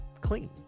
clean